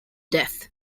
death